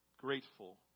grateful